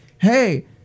hey